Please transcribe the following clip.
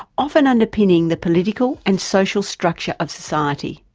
often underpinning the political and social structure of society.